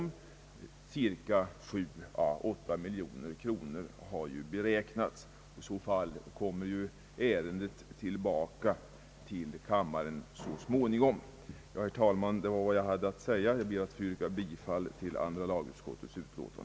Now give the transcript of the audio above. Det har ju beräknats till 7 å 8 miljoner kronor. I så fall kommer ju ärendet så småningom tillbaka till kammaren.